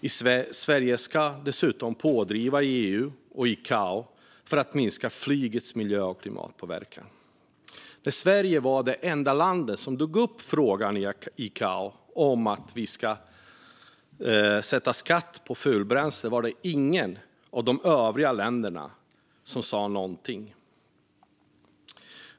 Sverige ska dessutom vara pådrivande i EU och ICAO för att minska flygets miljö och klimatpåverkan. När Sverige som enda land i ICAO tog upp frågan om att beskatta fulbränsle var det inget av de övriga länderna som sa något.